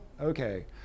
Okay